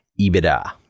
EBITDA